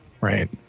right